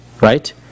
right